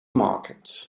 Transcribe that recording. market